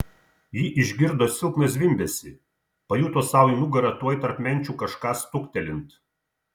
ji išgirdo silpną zvimbesį pajuto sau į nugarą tuoj tarp menčių kažką stuktelint